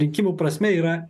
rinkimų prasme yra